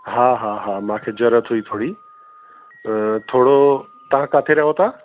हा हा हा मांखे ज़रूरत हुई थोरी थोरो तव्हां काथे रहो था